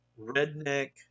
redneck